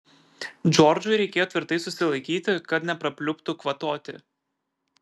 džordžui reikėjo tvirtai susilaikyti kad neprapliuptų kvatoti